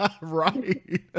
right